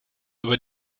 über